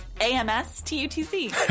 a-m-s-t-u-t-c